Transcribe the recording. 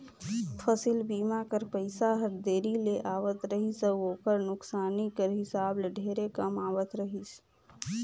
फसिल बीमा कर पइसा हर देरी ले आवत रहिस अउ ओकर नोसकानी कर हिसाब ले ढेरे कम आवत रहिस